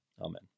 Amen